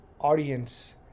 audience